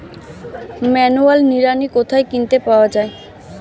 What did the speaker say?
Manual নিড়ানি কোথায় কিনতে পাওয়া যায়?